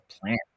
plant